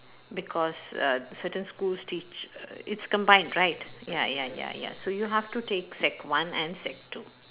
because uh certain schools teach uh it's combined right ya ya ya ya so you have to take sec one and sec two